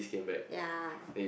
ya